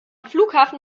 flughafen